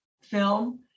film